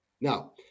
Now